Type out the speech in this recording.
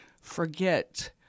forget